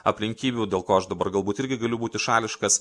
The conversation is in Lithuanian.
aplinkybių dėl ko aš dabar galbūt irgi galiu būti šališkas